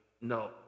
no